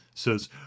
says